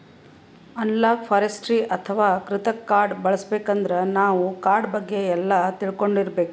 analogue forestry ಅಥವಾ ಕೃತಕ್ ಕಾಡ್ ಬೆಳಸಬೇಕಂದ್ರ ನಾವ್ ಕಾಡ್ ಬಗ್ಗೆ ಎಲ್ಲಾ ತಿಳ್ಕೊಂಡಿರ್ಬೇಕ್